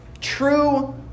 true